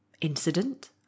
Incident